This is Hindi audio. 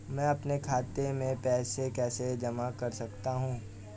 मैं अपने खाते में पैसे कैसे जमा कर सकता हूँ?